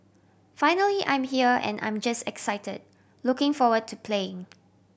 finally I'm here and I'm just excited looking forward to playing